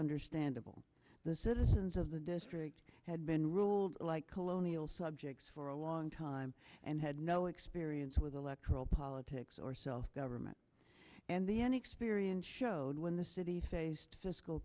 understandable the citizens of the district had been ruled like colonial subjects for a long time and had no experience with electoral politics or self government and the any experience showed when the city faced fiscal